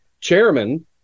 chairman